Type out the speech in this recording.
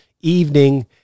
evening